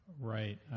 Right